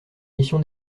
mission